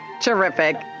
Terrific